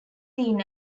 seen